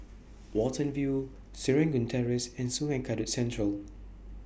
Watten View Serangoon Terrace and Sungei Kadut Central